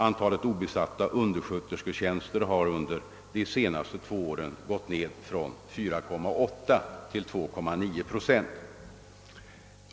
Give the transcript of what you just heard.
Antalet obesatta underskötersketjänster har under de senaste två åren gått ned från 4,8 till 2,9 procent.